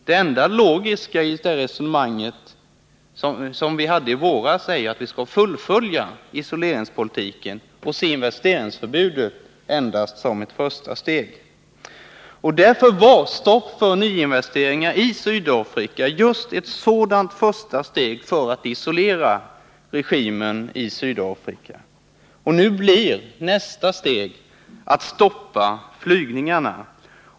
Det enda logiska är att fullfölja isoleringspolitiken från i våras och se stoppet för nyinvesteringar i Sydafrika som ett första steg för att isolera regimen i Sydafrika. Nästa steg är att stoppa flygningarna.